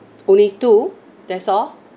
only two that's all